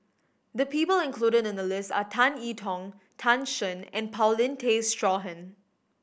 the people included in the list are Tan I Tong Tan Shen and Paulin Tay Straughan